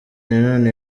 nanone